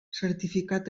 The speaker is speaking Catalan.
certificat